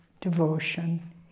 devotion